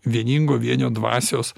vieningo vienio dvasios